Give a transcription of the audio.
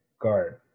guard